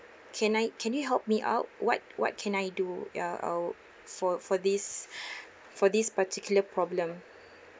can I can you help me out what what can I do ya uh for for this for this particular problem